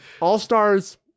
All-Stars